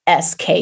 SK